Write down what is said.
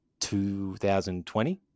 2020